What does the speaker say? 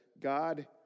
God